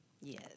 Yes